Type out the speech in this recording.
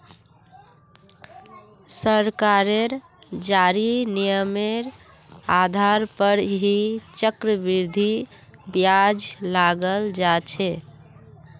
सरकारेर जारी नियमेर आधार पर ही चक्रवृद्धि ब्याज लगाल जा छे